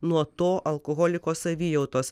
nuo to alkoholiko savijautos